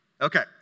Okay